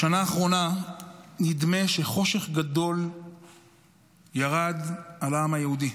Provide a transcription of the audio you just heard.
בשנה האחרונה נדמה שחושך גדול ירד על העם היהודי,